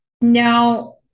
Now